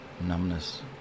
numbness